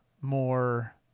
more